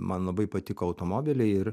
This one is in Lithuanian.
man labai patiko automobiliai ir